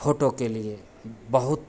photo के लिए बहुत